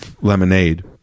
lemonade